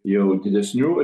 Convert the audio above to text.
jau didesnių